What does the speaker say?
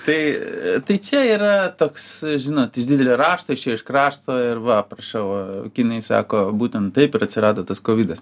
tai tai čia yra toks žinot iš didelio rašto išėjo iš krašto ir va prašau kinai sako būtent taip ir atsirado tas kovidas